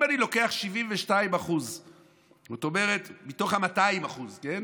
אם אני לוקח 72% מתוך 200%, כן?